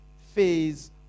phase